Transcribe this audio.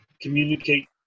communicate